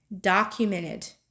documented